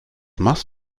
machst